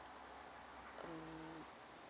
mm